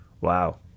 Wow